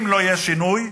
אם לא יהיה שינוי,